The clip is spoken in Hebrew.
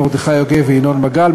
מרדכי יוגב וינון מגל,